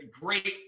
great